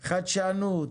חדשנות,